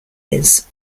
years